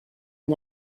and